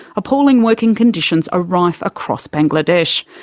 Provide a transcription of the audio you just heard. appalling working conditions are rife across bangladesh.